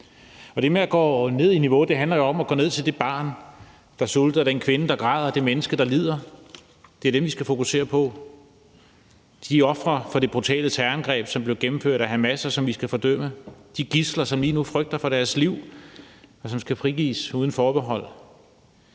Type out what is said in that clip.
Det med at gå ned i niveau handler jo om at gå ned til det barn, der sulter, og den kvinde, der græder, og det menneske, der lider. Det er dem, vi skal fokusere på. Det er de ofre for det brutale terrorangreb, som blev gennemført af Hamas, og som vi skal fordømme. Det er de gidsler, som lige nu frygter for deres liv, og som skal frigives uden forbehold.